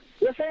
Yes